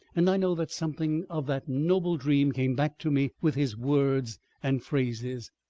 and i know that something of that noble dream came back to me with his words and phrases.